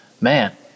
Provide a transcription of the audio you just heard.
man